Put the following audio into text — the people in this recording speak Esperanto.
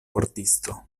pordisto